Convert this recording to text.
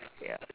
ya